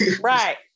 right